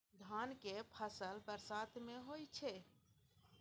धान के फसल बरसात में होय छै?